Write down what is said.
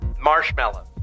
marshmallows